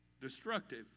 destructive